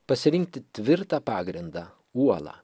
pasirinkti tvirtą pagrindą uolą